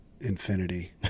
infinity